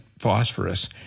phosphorus